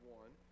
one